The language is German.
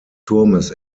turmes